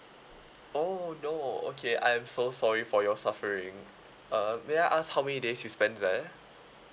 oh no okay I'm so sorry for your suffering uh may I ask how many days you spent there